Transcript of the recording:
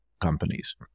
companies